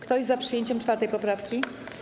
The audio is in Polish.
Kto jest za przyjęciem 4. poprawki?